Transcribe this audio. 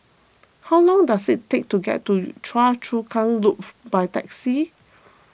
how long does it take to get to Choa Chu Kang Loop by taxi